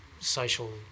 social